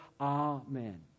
Amen